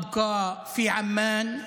נשארים בעמאן,